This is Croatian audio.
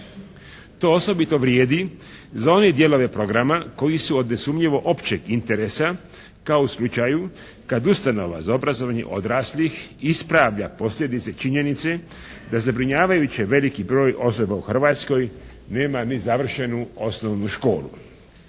To osobito vrijedi za one dijelove programa koji su od nesumnjivo općeg interesa kao u slučaju kada ustanova za obrazovanje odraslih ispravlja posljedice, činjenice da zabrinjavajući veliki broj osoba u Hrvatskoj nema ni završenu osnovnu školu.